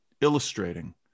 illustrating